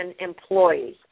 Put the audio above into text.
employees